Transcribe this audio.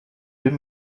deux